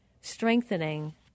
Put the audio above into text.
strengthening